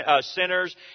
sinners